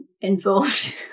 involved